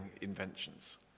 inventions